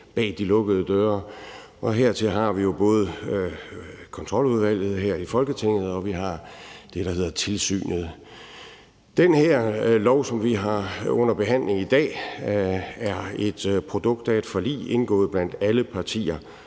bag de lukkede døre, og hertil har vi jo både Kontroludvalget her i Folketinget, og vi har det, der hedder Tilsynet med Efterretningstjenesterne. Det her lovforslag, som vi har under behandling i dag, er et produkt af et forlig indgået blandt alle partier,